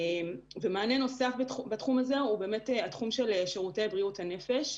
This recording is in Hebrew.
מענה נוסף בתחום הזה הוא התחום של שירותי בריאות הנפש.